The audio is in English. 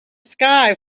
sky